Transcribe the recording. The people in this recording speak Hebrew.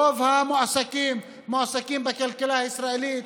רוב המועסקים מועסקים בכלכלה הישראלית,